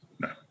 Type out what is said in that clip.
No